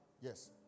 Yes